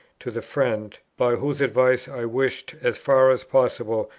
to the friend, by whose advice i wished, as far as possible,